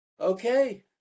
Okay